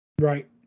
Right